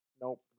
Nope